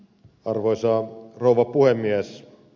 arvoisa rouva puhemies